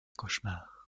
cauchemar